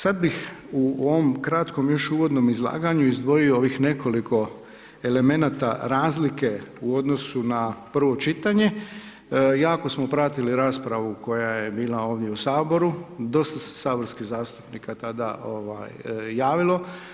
Sada bih u ovom kratkom, još uvodnom izlaganju, izdvojio ovih nekoliko elemenata razlika u odnosu na prvo čitanje, jako smo pratili raspravu koja je bila ovdje u Saboru, dosta se saborskih zastupnika tada javilo.